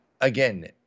again